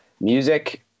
music